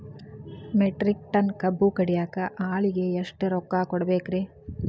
Metric ton ಕಬ್ಬು ಕಡಿಯಾಕ ಆಳಿಗೆ ಎಷ್ಟ ರೊಕ್ಕ ಕೊಡಬೇಕ್ರೇ?